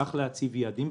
צריך להציב יעדים.